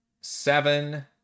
seven